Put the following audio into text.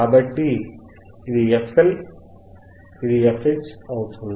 కాబట్టి ఇది fL మరియు ఇది fH అవుతుంది